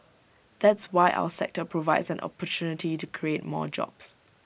that's why our sector provides an opportunity to create more jobs